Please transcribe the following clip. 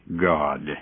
God